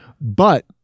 But-